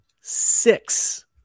six